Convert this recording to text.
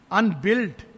unbuilt